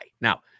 Now